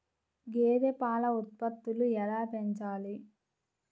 గేదె పాల ఉత్పత్తులు ఎలా పెంచాలి?